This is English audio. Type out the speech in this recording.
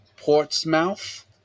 Portsmouth